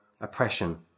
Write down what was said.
oppression